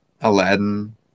Aladdin